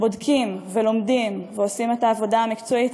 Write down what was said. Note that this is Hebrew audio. בודקים ולומדים ועושים את העבודה המקצועית